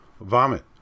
vomit